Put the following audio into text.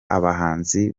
abahanzi